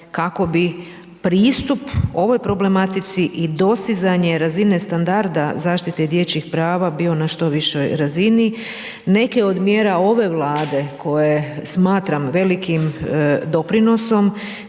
kako bi pristup ovoj problematici i dosizanje razine standarda zaštite dječjih prava bio na što višoj razini. Neke od mjera ove vlade, koje smatram velikim doprinosom,